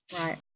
Right